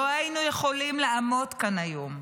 לא היינו יכולים לעמוד כאן היום.